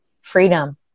freedom